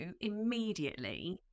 immediately